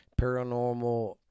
paranormal